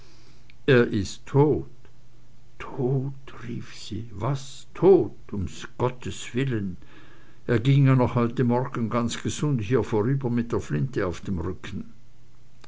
er ist tot tot rief sie was tot um gotteswillen er ging ja noch heute morgen ganz gesund hier vorüber mit der flinte auf dem rücken